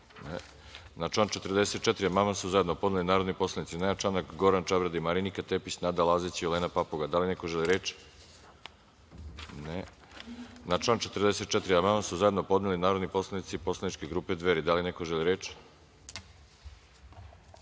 (Ne)Na član 44. amandman su zajedno podneli narodni poslanici Nenad Čanak, Goran Čabradi, Marinika Tepić, Nada Lazić i Olena Papuga. Da li neko želi reč? (Ne)Na član 44. amandman su zajedno podneli narodni poslanici Poslaničke grupe Dveri. Da li neko želi reč?